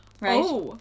right